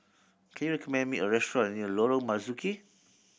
can you recommend me a restaurant near Lorong Marzuki